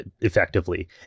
effectively